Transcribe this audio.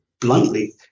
bluntly